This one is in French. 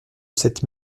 cette